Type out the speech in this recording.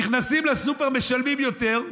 נכנסים לסופר, משלמים יותר,